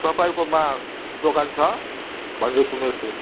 तपाईँकोमा दोकान छ भनेर सुनेको थिएँ